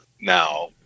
now